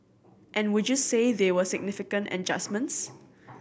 and would you say they were significant adjustments